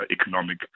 economic